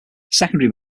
secondary